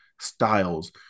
styles